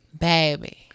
baby